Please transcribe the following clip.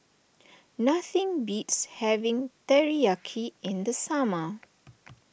nothing beats having Teriyaki in the summer